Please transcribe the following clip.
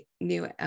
new